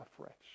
afresh